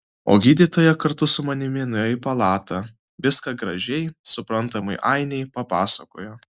o gydytoja kartu su manimi nuėjo į palatą viską gražiai suprantamai ainei papasakojo